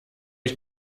ich